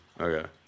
Okay